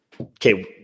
Okay